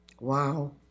Wow